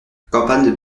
campagne